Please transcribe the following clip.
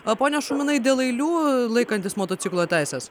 o pone šuminai dėl eilių laikantis motociklo teises